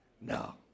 No